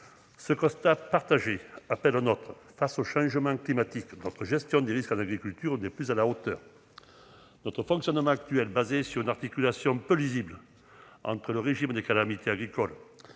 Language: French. Ce constat partagé en appelle un autre : face au changement climatique, notre gestion des risques en agriculture n'est plus à la hauteur ! Notre fonctionnement actuel fondé sur une articulation peu lisible entre le régime des calamités agricoles-